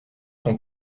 sont